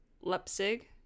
Leipzig